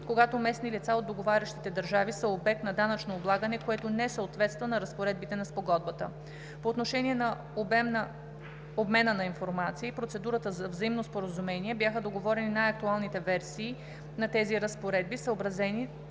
когато местни лица от договарящите държави са обект на данъчно облагане, което не съответства на разпоредбите на Спогодбата. По отношение на обмена на информация и процедурата за взаимно споразумение бяха договорени най-актуалните версии на тeзи разпоредби, съобразени